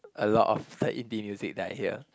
a lot of the indie music that I hear